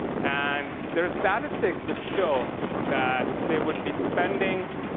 and their statistics which show that they would be spending.